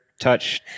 touch